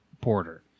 porter